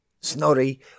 Snorri